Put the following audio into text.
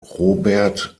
robert